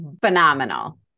phenomenal